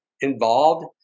involved